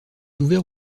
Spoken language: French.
ouvert